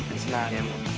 it's not him.